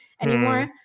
anymore